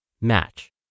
Match